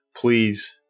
Please